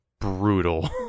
brutal